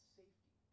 safety